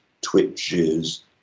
twitches